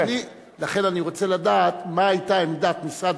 לכן אני רוצה לדעת מה היתה עמדת משרד